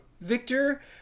Victor